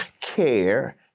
Care